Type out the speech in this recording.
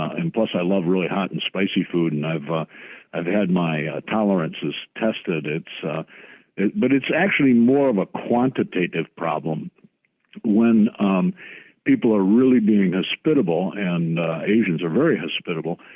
and plus i love really hot and spicy food and i've ah i've had my tolerances tested. but it's actually more of a quantitative problem when people are really being hospitable, and asians are very hospitable,